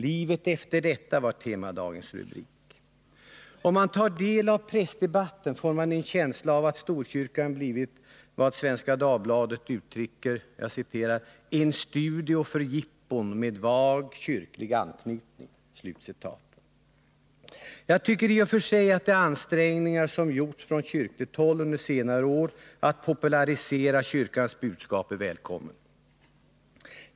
Temadagens rubrik var ”Livet efter detta”. Om man tar del av prästdebatten får man en känsla av att Storkyrkan blivit, som Svenska Dagbladet uttrycker det, ”en studio för jippon med vag kyrklig anknytning”. Jag tycker i och för sig att de ansträngningar som gjorts från kyrkligt håll under senare år att popularisera kyrkans budskap är välkomna.